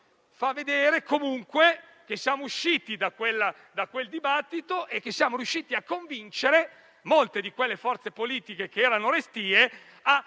mostra comunque che siamo usciti da quel dibattito e che siamo riusciti a convincere molte delle forze politiche che erano restie